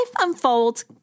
unfolds